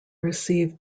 receive